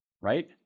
right